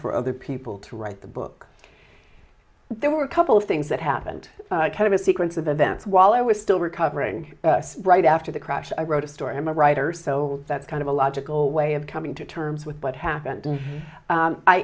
for other people to write the book there were a couple of things that happened kind of a sequence of events while i was still recovering right after the crash i wrote a story i'm a writer so that's kind of a logical way of coming to terms with what happened